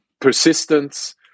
Persistence